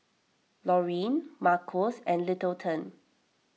Loreen Marcos and Littleton